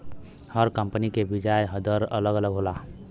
हर company के बियाज दर अलग अलग होला